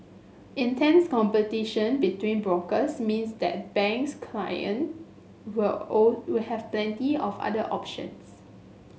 intense competition between brokers means that bank's client will all will have plenty of other options